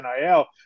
NIL